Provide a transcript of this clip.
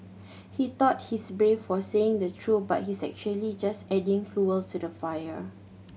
he thought he's brave for saying the truth but he's actually just adding fuel to the fire